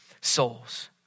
souls